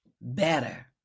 better